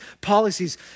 policies